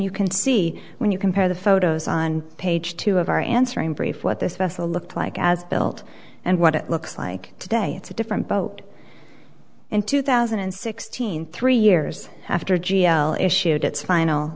you can see when you compare the photos on page two of our answering brief what this vessel looked like as built and what it looks like today it's a different boat in two thousand and sixteen three years after g l issued its final